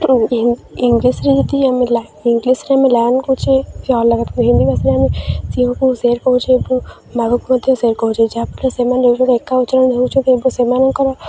ଇଂଗ୍ଲିଶ୍ରେ ଯଦି ଆମେ ଇଂଗ୍ଲିଶ୍ରେ ଆମେ ଲାର୍ନ କରୁଛେ ସେ ହିନ୍ଦୀ ଭାଷାରେ ଆମେ ସିଂହକୁ ସେର୍ କହୁଛେ ଏବଂ ବାଘକୁ ମଧ୍ୟ ସେର୍ କହୁଛେ ଯାହାଫଳରେ ସେମାନେ ଏକା ଉଚ୍ଚାରଣ ହେଉଛନ୍ତି ଏବଂ ସେମାନଙ୍କର